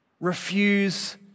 Refuse